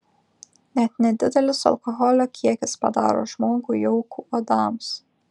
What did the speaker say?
net nedidelis alkoholio kiekis padaro žmogų jauku uodams